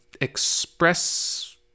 express